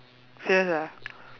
serious ah